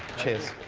cheers.